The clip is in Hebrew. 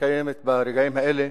שמתקיימת ברגעים האלה,